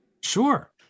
Sure